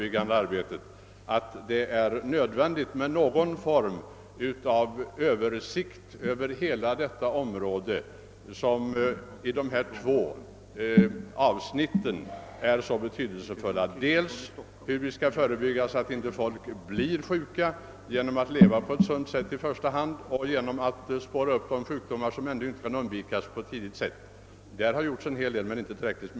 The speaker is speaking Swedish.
Jag anser att det är nödvändigt att företa en översyn av hela detta område och främst beträffande de två här berörda avsnitt som är särskilt betydelsefulla. Det gäller först hur människor genom ett sunt levnadssätt skall förebygga sjukdomar och hur man på ett tidigt stadium skall spåra upp sjukdomar som inte kan undvikas. Här har det gjorts en hel del, men inte tillräckligt.